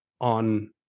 on